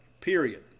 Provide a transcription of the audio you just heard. period